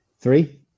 Three